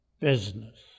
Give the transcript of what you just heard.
business